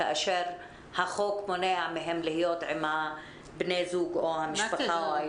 כאשר החוק מונע מהן להיות עם בני הזוג או המשפחה או הילדים.